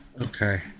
okay